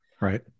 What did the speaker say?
Right